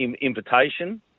invitation